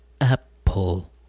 Apple